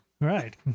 right